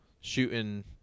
shooting